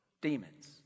demons